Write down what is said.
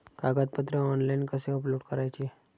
कागदपत्रे ऑनलाइन कसे अपलोड करायचे?